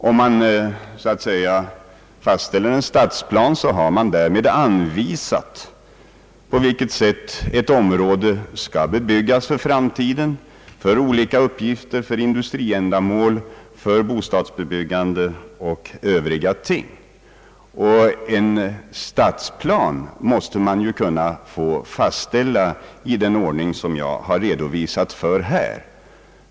När man så att säga fastställer en stadsplan har man därvid anvisat på vilket sätt ett område skall bebyggas för framtiden för olika uppgifter — för industriändamål, för bostadsbebyggelse och övriga ting, och en stadsplan måste man kunna få fastställa i den ordning som jag redovisat här.